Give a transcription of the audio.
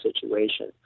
situation